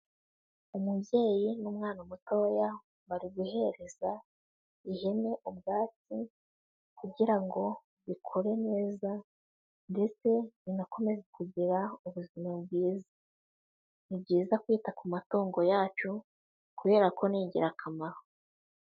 Umubyeyi n'umwana mutoya bari guhereza ihene ubwatsi, kugira ngo ikure neza ndetse inakomeze kugira ubuzima bwiza, ni byiza kwita ku matungo yacu kubera ko ni ingirakamaro.